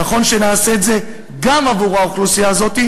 נכון שנעשה את זה גם עבור האוכלוסייה הזאת,